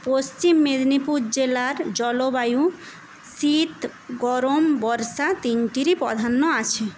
পশ্চিম মেদিনীপুর জেলার জলবায়ু শীত গরম বর্ষা তিনটিরই প্রধান্য আছে